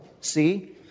See